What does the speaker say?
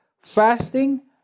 Fasting